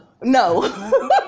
No